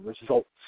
results